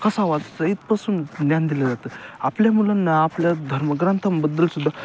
कसा वाचावा इथंपासून ज्ञान दिलं जातं आपल्या मुलांना आपल्या धर्मग्रंथांबद्दल सुद्धा